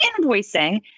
invoicing